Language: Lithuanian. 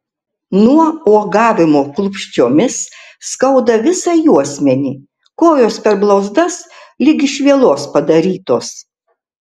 nuo uogavimo klupsčiomis skauda visą juosmenį kojos per blauzdas lyg iš vielos padarytos